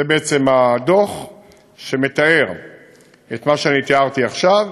זה בעצם הדוח שמתאר את מה שאני תיארתי עכשיו.